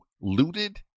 looted